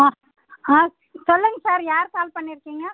ஆ ஆ சொல்லுங்க சார் யார் கால் பண்ணியிருக்கீங்க